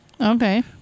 Okay